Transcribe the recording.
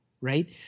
right